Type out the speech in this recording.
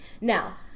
Now